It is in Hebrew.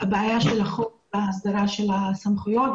הבעיה של הסדרת הסמכויות.